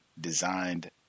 designed